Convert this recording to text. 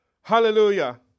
Hallelujah